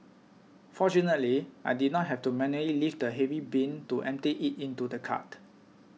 fortunately I did not have to manually lift heavy bin to empty it into the cart